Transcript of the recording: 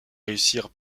réussir